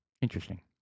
Interesting